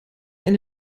eine